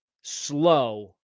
slow